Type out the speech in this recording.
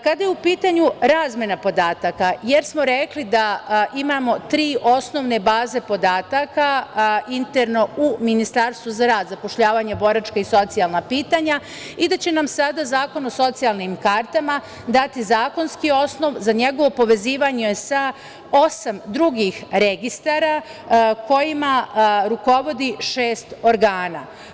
Kada je u pitanju razmena podataka, jer smo rekli da imamo tri osnovne baze podataka, interno u Ministarstvu za rad, zapošljavanje, boračka i socijalna pitanja i da će nam sada Zakon o socijalnim kartama dati zakonski osnov za njegovo povezivanje sa osam drugih registara kojima rukovodi šest organa.